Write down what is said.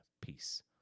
peace